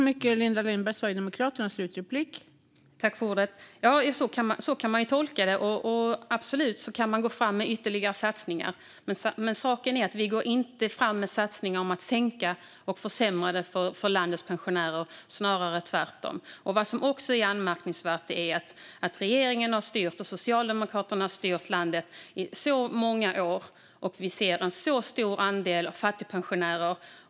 Fru talman! Så kan man tolka det. Man kan absolut gå fram med ytterligare satsningar. Men saken är att vi inte går fram med förslag om att sänka och försämra det för landets pensionärer, utan snarare tvärtom. Vad som också är anmärkningsvärt är att regeringen har styrt och att Socialdemokraterna har styrt landet i så många år, och vi ser en så stor andel fattigpensionärer.